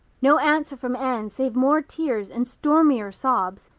no answer from anne save more tears and stormier sobs!